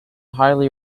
highly